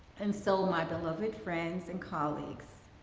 and so my beloved friends and colleagues,